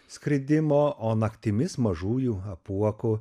skridimo o naktimis mažųjų apuokų